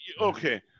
Okay